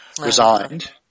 resigned